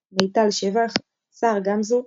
רביד, תוכנית שהחליפה את "סופרגראס".